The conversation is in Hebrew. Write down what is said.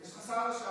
יש את השר לשעבר.